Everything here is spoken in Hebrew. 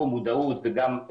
שלום לכולם,